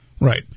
right